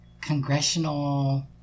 congressional